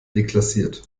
deklassiert